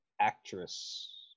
actress